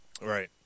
Right